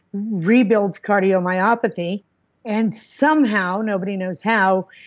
rebuilds cardiomyopathy and somehow. nobody knows how.